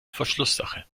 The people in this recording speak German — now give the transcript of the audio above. verschlusssache